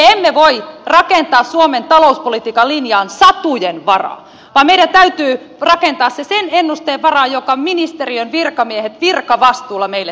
me emme voi rakentaa suomen talouspolitiikan linjaa satujen varaan vaan meidän täytyy rakentaa se sen ennusteen varaan jonka ministeriön virkamiehet virkavastuulla meille tekevät